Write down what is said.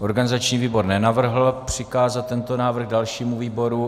Organizační výbor nenavrhl přikázat tento návrh dalšímu výboru.